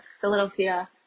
philadelphia